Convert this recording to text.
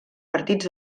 partits